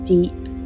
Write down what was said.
deep